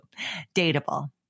Dateable